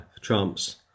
Trump's